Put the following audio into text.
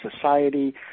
society